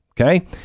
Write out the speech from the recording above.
Okay